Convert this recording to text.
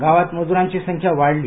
गावात मज्रांची संख्या वाढली